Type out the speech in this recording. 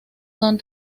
son